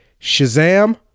Shazam